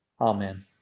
Amen